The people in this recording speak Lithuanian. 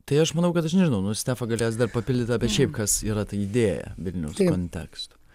tai aš manau kad aš nežinau nu stefa galės dar papildyt apie šiaip kas yra ta idėja vilniaus konteksto